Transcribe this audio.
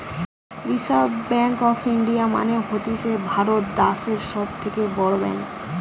reserve bank of India মানে হতিছে ভারত দ্যাশের সব থেকে বড় ব্যাঙ্ক